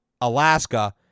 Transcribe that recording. Alaska